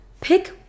Pick